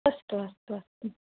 अस्तु अस्तु अस्तु